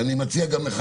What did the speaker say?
ואני מציע גם לך,